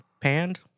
panned